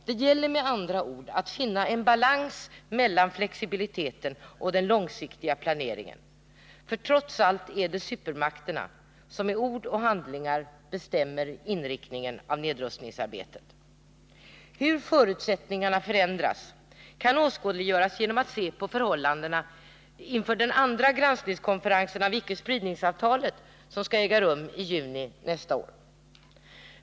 Det gäller med andra ord att finna en balans mellan flexibiliteten och den långsiktiga planeringen. Trots allt är det supermakterna som i ord och handlingar bestämmer inriktningen av nedrustningsarbetet. Hur förutsättningarna förändras kan åskådliggöras genom att man ser på förhållandena inför den andra granskningskonferensen om icke-spridningsavtalet som skall äga rum i juni nästa år.